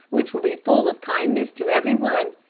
which will be full of kindness to every one?